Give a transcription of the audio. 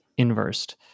inversed